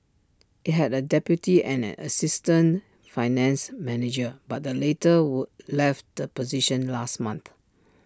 IT had A deputy and an assistant finance manager but the latter would left the position last month